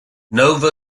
nova